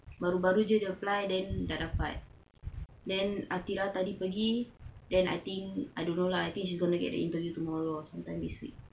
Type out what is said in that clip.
baru-baru jer apply then dah dapat then athirah tadi pergi then I think I don't know lah I think she is going to get the interview tomorrow lah or some time this week